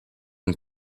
une